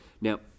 Now